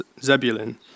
Zebulun